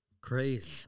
Crazy